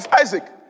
Isaac